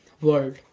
world